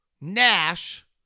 Nash